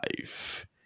life